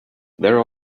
there